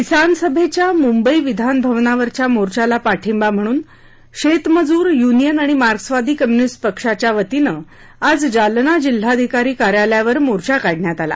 किसान सभेच्या मुंबई विधानभवनावरच्या मोर्चाला पाठिंबा म्हणून शेतमजूर यूनियन आणि मार्क्सवादी कम्यूनिस्ट पक्षानं आज जालना जिल्हाधिकारी कार्यालयावर मोर्चा काढला